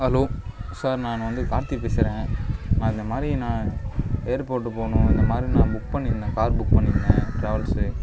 hello sir நான் வந்து கார்த்திக் பேசுகிறேன் நான் இந்தமாதிரி நான் ஏர்போர்ட்டு போகணும் இந்தமாதிரி நான் புக் பண்ணியிருந்தேன் கார் புக் பண்ணியிருந்தேன் ட்ராவல்ஸு